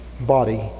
body